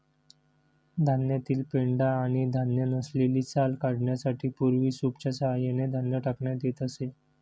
धान्यातील पेंढा आणि धान्य नसलेली साल काढण्यासाठी पूर्वी सूपच्या सहाय्याने धान्य टाकण्यात येत असे